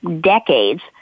decades